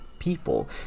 people